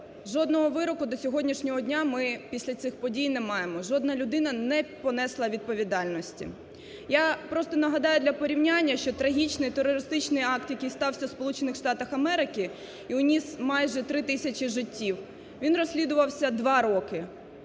жодного вироку до сьогоднішнього дня ми після цих подій не маємо, жодна людина не понесла відповідальності. Я просто нагадаю для порівняння, що трагічний терористичний акт, який стався в Сполучених Штатах Америки і уніс майже 3 тисячі життів, він розслідувався 2 роки,